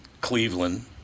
Cleveland